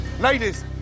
Ladies